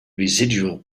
residual